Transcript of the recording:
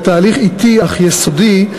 לתהליך אטי אך יסודי,